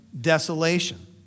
desolation